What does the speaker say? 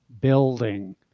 building